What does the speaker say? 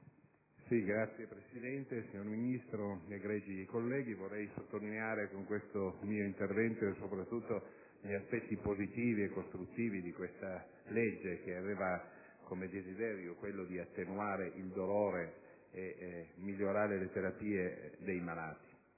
Signor Presidente, signor Ministro, egregi colleghi, vorrei sottolineare con questo mio intervento soprattutto gli aspetti positivi e costruttivi di questo disegno di legge, che aveva come finalità quella di attenuare il dolore e migliorare le terapie dei malati